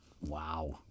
Wow